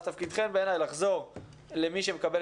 אז תפקידכן בעיניי לחזור למי שמקבל